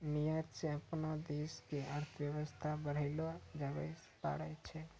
निर्यात स अपनो देश के अर्थव्यवस्था बढ़ैलो जाबैल पारै छै